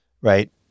right